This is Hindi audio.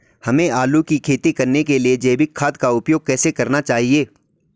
हमें आलू की खेती करने के लिए जैविक खाद का उपयोग कैसे करना चाहिए?